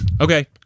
Okay